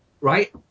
Right